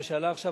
מה שעלה עכשיו,